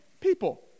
people